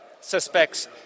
suspects